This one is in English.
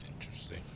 interesting